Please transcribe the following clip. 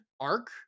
arc